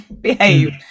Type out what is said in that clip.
behave